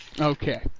Okay